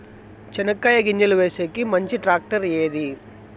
చెనక్కాయ గింజలు వేసేకి మంచి టాక్టర్ ఏది?